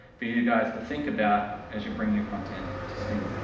for you guys to think about, as you bring your content to steam.